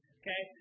okay